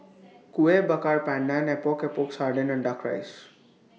Kueh Bakar Pandan Epok Epok Sardin and Duck Rice